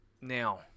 Now